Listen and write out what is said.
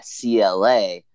CLA